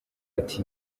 ati